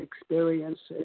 experiences